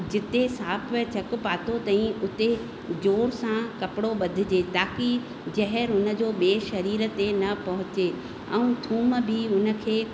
जिते साप चकु पातो तईं उते ज़ोर सां कपिड़ो बधिजे ताक़ी ज़हर उन जो ॿिए शरीर ते न पहुचे ऐं थूम बि उन खे